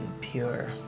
Pure